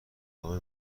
نامه